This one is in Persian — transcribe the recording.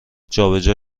جابجا